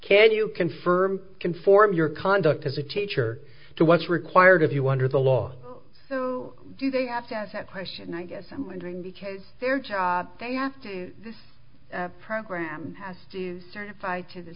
can you confirm conform your conduct as a teacher to what's required of you under the law so do they have to answer that question i guess i'm wondering because their job they have to do this program has to certify to th